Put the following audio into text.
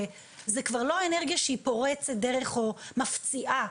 זו כבר לא אנרגיה שפורצת דרך או מפציעה,